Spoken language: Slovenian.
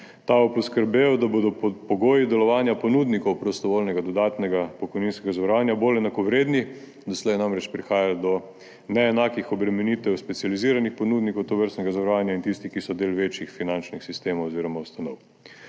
Ta bo poskrbel, da bodo pogoji delovanja ponudnikov prostovoljnega dodatnega pokojninskega zavarovanja bolj enakovredni, doslej je namreč prihajalo do neenakih obremenitev specializiranih ponudnikov tovrstnega zavarovanja in tistih, ki so del večjih finančnih sistemov oziroma ustanov.